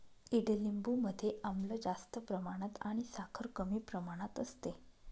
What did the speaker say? ईडलिंबू मध्ये आम्ल जास्त प्रमाणात आणि साखर कमी प्रमाणात असते